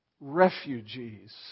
refugees